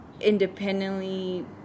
independently